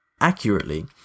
accurately